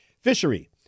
Fishery